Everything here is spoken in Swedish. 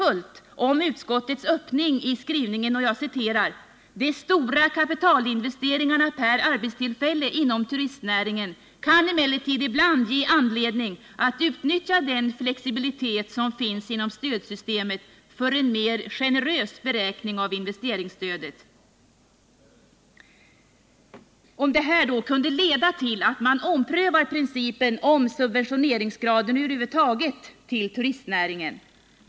Utskottet skriver: ”De stora kapitalinvesteringarna per arbetstillfälle inom turistnäringen kan emellertid ibland ge anledning att utnyttja den flexibilitet som finns inom stödsystemet för en mer generös beräkning av investeringsstödet.” Det vore värdefullt om denna utskottets öppning i skrivningen kunde leda till att man omprövar principen om subventioneringsgraden till turistnäringen över huvud taget.